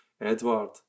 Edward